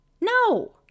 No